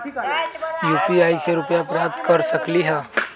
UPI से रुपए प्राप्त कर सकलीहल?